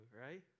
right